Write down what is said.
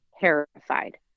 terrified